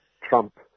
trump